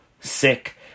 sick